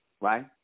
right